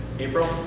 April